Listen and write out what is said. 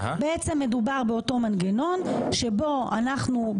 בעצם מדובר באותו מנגנון שבו אנחנו,